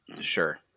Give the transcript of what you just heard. sure